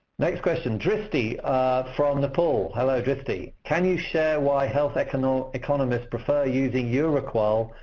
next question, dristy from nepal. hello, dristy. can you share why health economists economists prefer using euroqol,